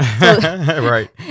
Right